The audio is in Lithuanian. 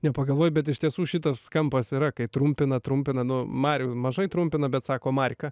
nepagalvoji bet iš tiesų šitas kampas yra kai trumpina trumpina nu marių mažai trumpina bet sako marka